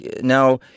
Now